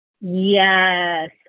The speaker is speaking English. Yes